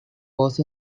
was